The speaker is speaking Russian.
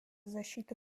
защита